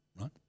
right